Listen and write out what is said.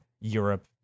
Europe